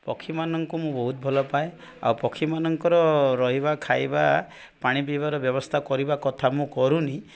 ପକ୍ଷୀମାନଙ୍କୁ ମୁଁ ବହୁତ ଭଲ ପାଏ ଆଉ ପକ୍ଷୀମାନଙ୍କର ରହିବା ଖାଇବା ପାଣି ପିଇବାର ବ୍ୟବସ୍ଥା କରିବା କଥା ମୁଁ କରୁନି